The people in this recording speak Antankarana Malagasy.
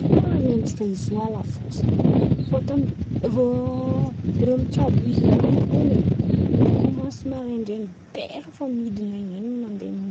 Ten̈a mendrik'izy io alafôsan̈y fôtiny rô mitsabo izy en̈y in̈y kony e kômansy maraindrain̈y be reo efa midiny en̈y mandeha